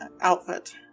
outfit